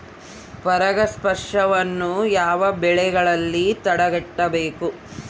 ಪರಾಗಸ್ಪರ್ಶವನ್ನು ಯಾವ ಬೆಳೆಗಳಲ್ಲಿ ತಡೆಗಟ್ಟಬೇಕು?